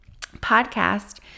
podcast